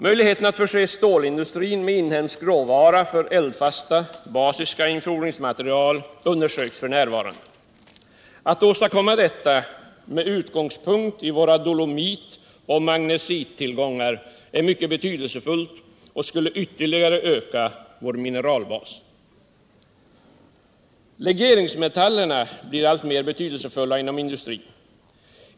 Möjligheten att förse stålindustrin med inhemsk råvara för eldfasta basiska infordringsmaterial undersöks f.n. Att åstadkomma detta med utgångspunkt i våra dolomitoch magnesittillgångar är mycket betydelsefullt och skulle ytterligare öka vår mineralbas. Legeringsmetallerna blir alltmer betydelsefulla inom industrin.